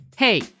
Hey